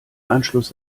anschluss